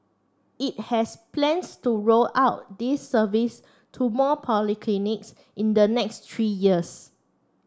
it has plans to roll out this service to more polyclinics in the next three years